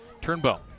Turnbow